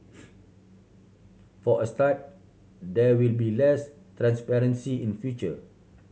for a start there will be less transparency in future